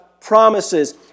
promises